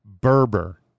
berber